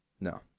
No